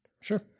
Sure